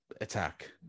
attack